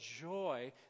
joy